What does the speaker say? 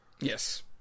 Yes